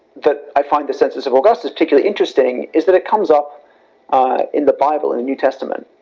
that, i find the census of augustus particularly interesting is that it comes up in the bible and new testament.